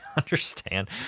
understand